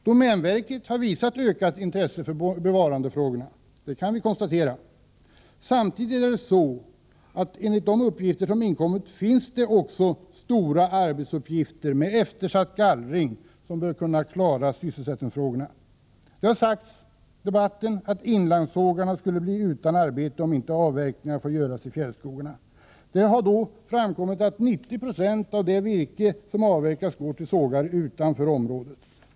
Domänverket har visat ökat intresse för bevarandefrågorna — det kan konstateras. Samtidigt finns det, enligt information som vi har fått, stora arbetsuppgifter i samband med eftersatt gallring, och det bör medföra att sysselsättningen kan klaras. Det har i debatten sagts att inlandssågarna skulle bli utan arbete om avverkningar inte får göras i fjällskogarna. Det har dock framkommit att 90 96 av det virke som avverkas går till sågar utanför området.